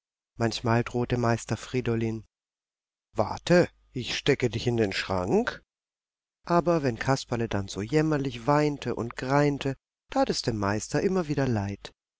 manchmal drohte meister friedolin warte ich stecke dich in den schrank aber wenn kasperle dann so jämmerlich weinte und greinte tat es dem meister immer wieder leid